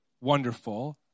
wonderful